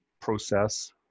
process